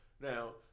Now